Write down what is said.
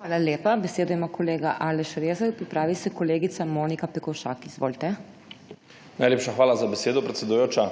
Hvala lepa. Besedo ima kolega Aleš Rezar, pripravi se kolegica Monika Pekošak. Izvolite. ALEŠ REZAR (PS Svoboda): Najlepša hvala za besedo, predsedujoča.